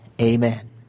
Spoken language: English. Amen